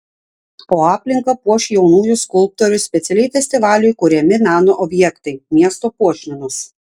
o aplinką puoš jaunųjų skulptorių specialiai festivaliui kuriami meno objektai miesto puošmenos